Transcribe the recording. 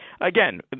again